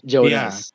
Jonas